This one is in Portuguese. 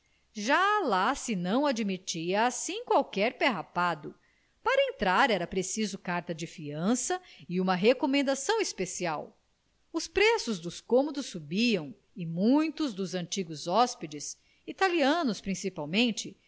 já lá se não admitia assim qualquer pé rapado para entrar era preciso carta de fiança e uma recomendação especial os preços dos cômodos subiam e muitos dos antigos hóspedes italianos principalmente